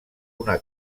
una